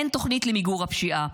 אין תוכנית למיגור הפשיעה,